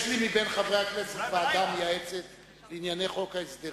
יש לי מחברי הכנסת ועדה מייעצת לענייני חוק ההסדרים,